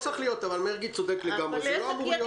אבל מרגי צודק לגמרי, זה לא אמור להיות כך.